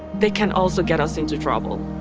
they can also get us into trouble.